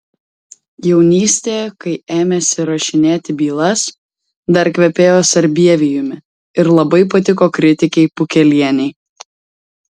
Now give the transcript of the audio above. jaunystėje kai ėmėsi rašinėti bylas dar kvepėjo sarbievijumi ir labai patiko kritikei pukelienei